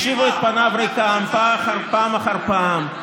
השיבו את פניו ריקם פעם אחר פעם אחר פעם.